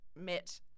met